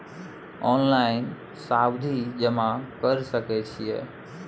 Online सावधि जमा कर सके छिये?